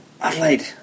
Adelaide